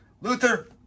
Luther